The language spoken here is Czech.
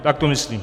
Tak to myslím.